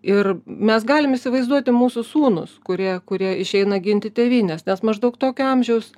ir mes galim įsivaizduoti mūsų sūnus kurie kurie išeina ginti tėvynės nes maždaug tokio amžiaus